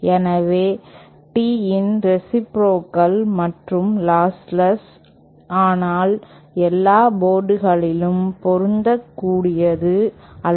எனவே Tee reciprocal மற்றும் lossless ஆனால் எல்லா போர்டுகளிலும் பொருந்தக்கூடியது அல்ல